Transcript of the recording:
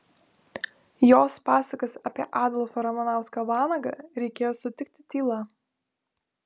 jos pasakas apie adolfą ramanauską vanagą reikėjo sutikti tyla